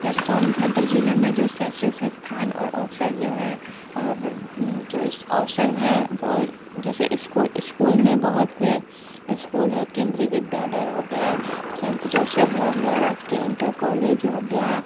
ये सोनभद्र ज़िले में जो शैक्षणिक संस्थान और अवसर जो है और जो इस अवसर है वो जैसे इस्कूल इस्कूल में बहुत से इस्कूल हैं केंद्रीय विद्यालय हो गया सेंट जोसेफ़ हो गया राजकीय इंटर कॉलेज हो गया